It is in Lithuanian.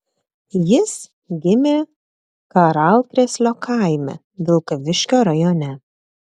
jis gimė karalkrėslio kaime vilkaviškio rajone